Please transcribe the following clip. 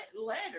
letter